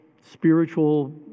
spiritual